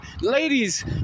Ladies